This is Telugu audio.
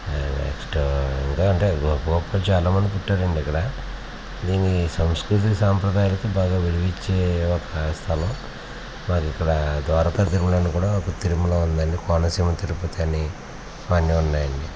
నెక్స్ట్ ఇంకా అంటే గోపికలు చాలామంది పుట్టారు అండి ఇక్కడ దీన్ని సంస్కృతి సాంప్రదాయాలకి బాగా విలువ ఇచ్చే ఒక స్థలం మరి ఇక్కడ ద్వారకా తిరుమల అని కూడా ఒక తిరుమల ఉందండి కోనసీమ తిరుపతి అని అవన్నీ ఉన్నాయండి